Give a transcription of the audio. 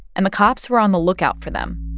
and the cops were on the lookout for them.